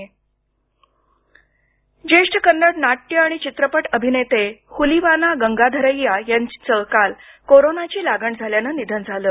निधन ज्येष्ठ कन्नड नाट्य आणि चित्रपट अभिनेते हुलिवाना गंगाधरय्या यांचं काल कोरोनाची लागण झाल्यानं निधन झालं